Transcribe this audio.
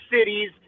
cities